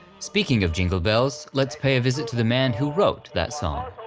speaking of jingle bells, let's pay a visit to the man who wrote that song.